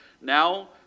now